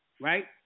Right